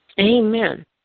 Amen